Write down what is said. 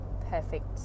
perfect